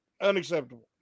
unacceptable